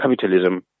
capitalism